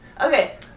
Okay